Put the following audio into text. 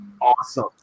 Awesome